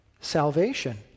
Salvation